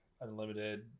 Unlimited